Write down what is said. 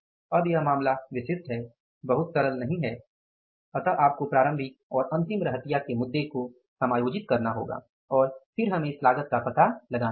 अब यह मामला विशिष्ट है बहुत सरल नहीं है इसलिए अब आपको प्रारंभिक और अंतिम रहतिया के मुद्दे को समायोजित करना होगा और फिर हमें इस लागत का पता लगाना होगा